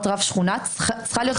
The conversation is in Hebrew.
רב שכונה צריכה להיות איזושהי הגדרה מסוימת.